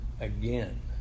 again